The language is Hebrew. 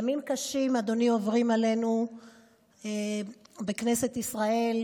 ימים קשים, אדוני, עוברים עלינו בכנסת ישראל.